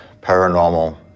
paranormal